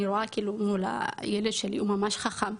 אני רואה הילד שלי הוא ממש חכם,